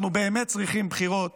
אנחנו באמת צריכים בחירות